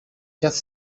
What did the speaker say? just